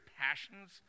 passions